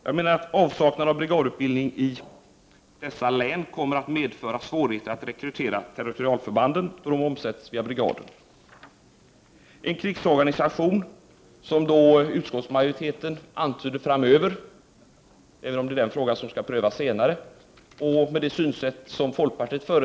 Jag menar att avsaknaden av brigadutbildning i dessa län kommer att medföra svårigheter att rekrytera territorialförbanden då de omsätts via brigader. Den krigsorganisation som utskottsmajoriteten antyder framöver — eller skall den frågan prövas senare? — innebär, med det synsätt som folkpartiet — Prot.